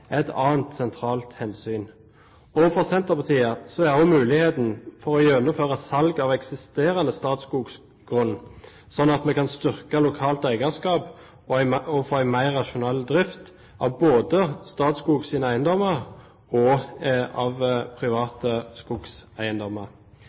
sentralt hensyn. Et annet hensyn for Senterpartiet er også muligheten for å gjennomføre salg av Statskogs eksisterende grunn, slik at vi kan styrke lokalt eierskap og få en mer rasjonell drift, både av Statskogs eiendommer og av